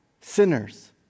sinners